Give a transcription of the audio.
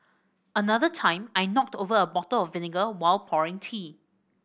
another time I knocked over a bottle of vinegar while pouring tea